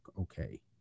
okay